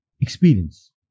experience